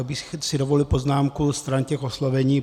Pak bych si dovolil poznámku stran těch oslovení.